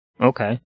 Okay